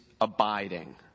abiding